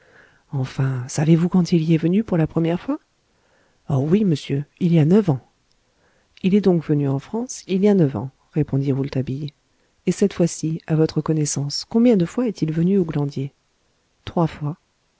enfin savez-vous quand il y est venu pour la première fois oh oui monsieur il y a neuf ans il est donc venu en france il y a neuf ans répondit rouletabille et cette fois-ci à votre connaissance combien de fois est-il venu au glandier trois fois